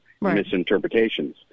misinterpretations